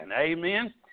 amen